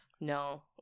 No